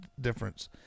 difference